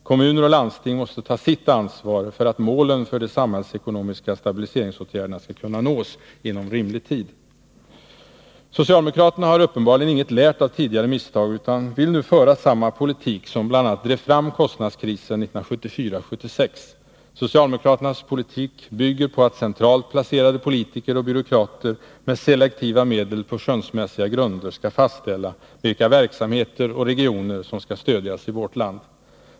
Kommuner och landsting måste ta sitt ansvar för att målen för de samhällsekonomiska stabiliseringsåtgärderna skall kunna nås inom rimlig tid. Socialdemokraterna har uppenbarligen inget lärt av tidigare misstag, utan vill nu föra samma politik som bl.a. drev fram kostnadskrisen 1974-1976. Socialdemokraternas politik bygger på att centralt placerade politiker och byråkrater med selektiva medel på skönsmässiga grunder skall fastställa vilka verksamheter och regioner som skall stödjas i vårt land.